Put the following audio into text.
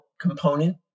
component